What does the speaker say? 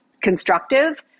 constructive